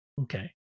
Okay